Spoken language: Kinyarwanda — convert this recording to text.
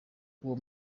uwo